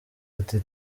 ati